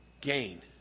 gain